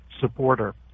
supporter